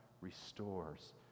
restores